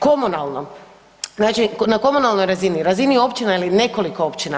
Komunalno, znači na komunalnoj razini, razini općina ili nekoliko općina.